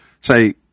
say